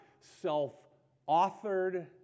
self-authored